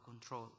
control